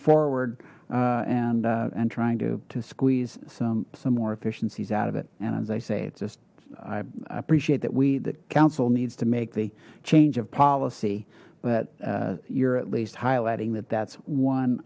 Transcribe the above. forward and and trying to squeeze some some more efficiencies out of it and as i say it's just i appreciate that we the council needs to make the change of policy but you're at least highlighting that that's one